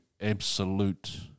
absolute